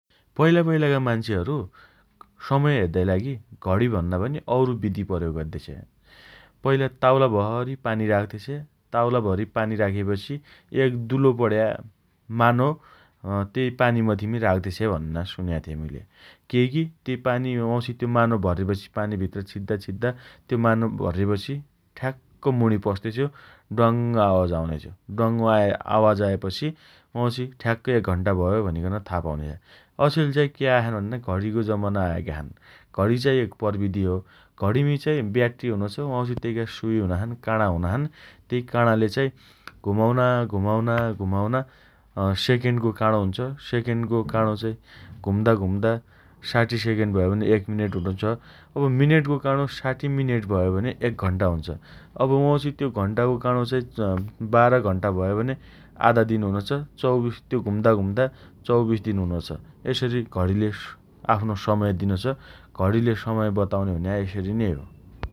पैला पैलाका मान्छेहरु समय हेद्दाइ लागि घडि भन्दा पनि अरु विधि प्रयोग अद्देछे । पैला ताउला भरि पानी राख्तेछे । ताउला भरि पानी राखेपछि एक दूलो पण्या मानो अँ तेइ पानी मथिमि राख्तेछे भन्ना सुनेको थे मुइले । केइकी त्यो पानी वाउँछि त्यो मानो भरेपछि पानी भित्र छिद्दाछिद्दा त्यो मानो भरेपछि ठ्याक्क मुणी पस्ते छ्यो ड्वाङ्ग आवाज आउने छ्यो । ड्वाङ्ग आवाज आएपछि वाउँछि ठ्याक्क एक घण्टा भयो भनिकन था पाउनेछे । अचेल चाइ के आय छन् भने घडीका जमाना आएका छन् । घडी चाइ एक प्रविधि हो । घणीमी ब्याट्री हुनोछ । वाउँछि तेइका सुइ हुना छन् । काणा हुना छन् । तेइ काणाले चाइ घुमाउना घुमाउना घुमाउना अँ सेकेण्डको काणो हुन्छ । सेकेण्डको काणो घुम्दाघुम्दा साठी सेकेण्ड भयो भने एक मिनेट हुनोछ । अब मिनेटको काणो साठी मिनेट भयो भने एक घण्टा हुन्छ । अब वाउँछि त्यो घण्टाको काणो चाई अँ बाह्र घण्टा भयो भने आधा दिन हुनोछ । चौबिस त्यो घुम्दा घुम्दा चौबिस दिन हुनोछ । यसरी घडीले आफ्नो समय दिनोछ । घणीले सयम बताउने भन्या यसरी नै हो ।